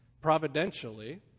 providentially